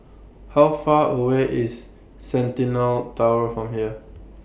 How Far away IS Centennial Tower from here